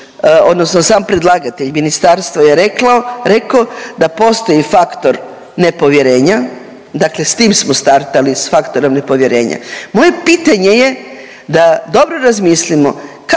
odnosno sam predlagatelj ministarstvo je reklo, rekao da postoji faktor nepovjerenja, dakle s tim smo startali, s faktorom nepovjerenja. Moje pitanje je da dobro razmislimo